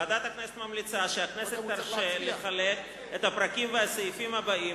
ועדת הכנסת ממליצה שהכנסת תרשה לחלק את הפרקים והסעיפים הבאים,